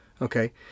Okay